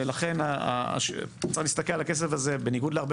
לכן צריך להסתכל על הכסף הזה בניגוד להרבה